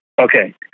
Okay